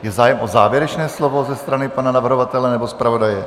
Je zájem o závěrečné slovo ze strany pana navrhovatele nebo zpravodaje?